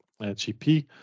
GP